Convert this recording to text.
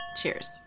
cheers